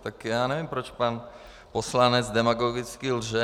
Tak já nevím, proč pan poslanec demagogicky lže.